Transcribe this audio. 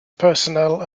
personnel